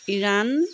Iran